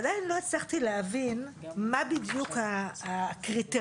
עדיין לא הצלחתי להבין מה בדיוק הקריטריון,